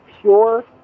pure